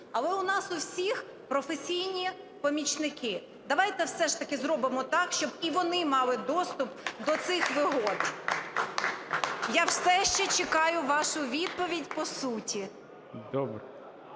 Але у нас в усіх професійні помічники. Давайте все ж таки зробимо так, щоб і вони мали доступ до цих вигод. Я все ще чекаю вашу відповідь по суті.